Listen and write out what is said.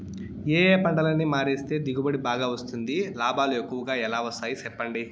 ఏ ఏ పంటలని మారిస్తే దిగుబడి బాగా వస్తుంది, లాభాలు ఎక్కువగా ఎలా వస్తాయి సెప్పండి